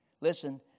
Listen